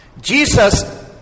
Jesus